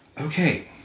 Okay